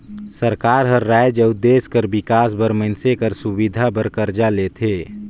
सरकार हर राएज अउ देस कर बिकास बर मइनसे कर सुबिधा बर करजा लेथे